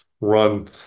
run